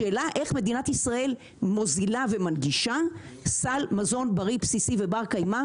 השאלה איך מדינת ישראל מוזילה ומנגישה סל מזון בריא בסיסי ובר קיימא,